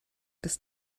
bis